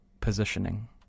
positioning